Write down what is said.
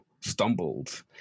stumbled